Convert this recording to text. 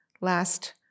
last